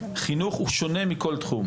חינוך הוא שונה מכל תחום,